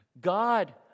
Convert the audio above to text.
God